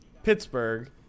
Pittsburgh